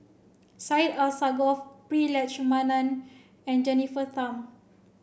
Syed Alsagoff Prema Letchumanan and Jennifer Tham